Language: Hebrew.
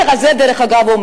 דרך אגב,